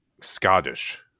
Scottish